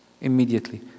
immediately